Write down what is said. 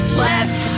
left